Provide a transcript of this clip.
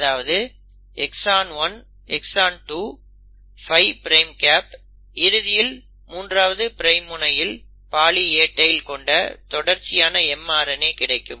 அதாவது exon 1 exon 2 5 prime cap இறுதியில் 3 ஆவது பிரைம் முனையில் பாலி A டெய்ல் கொண்ட தொடர்ச்சியான mRNA கிடைக்கும்